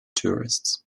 tourists